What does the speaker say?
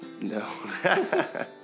no